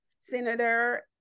Senator